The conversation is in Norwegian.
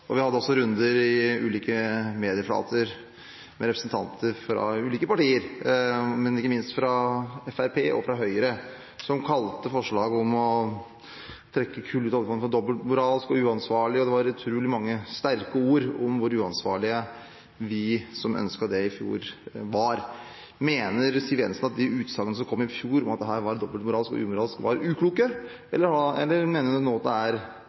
ulike medieflater med representanter fra ulike partier, men ikke minst fra Fremskrittspartiet og fra Høyre, som kalte forslaget om å trekke kull ut av oljefondet for dobbeltmoralsk og uansvarlig. Det var utrolig mange sterke ord om hvor uansvarlige vi som ønsket det i fjor, var. Mener Siv Jensen at de utsagnene som kom i fjor om at dette var dobbeltmoralsk og uansvarlig, var ukloke? Eller mener nå Fremskrittspartiet og Høyre at det er